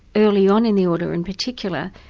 early on in the order in particular,